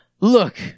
Look